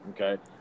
okay